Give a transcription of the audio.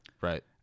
Right